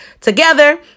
together